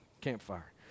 campfire